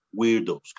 weirdos